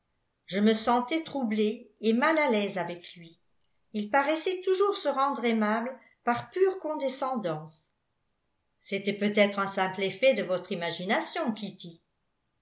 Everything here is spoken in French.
je me sentais troublée et mal à l'aise avec lui il paraissait toujours se rendre aimable par pure condescendance c'était peut-être un simple effet de votre imagination kitty